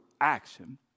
action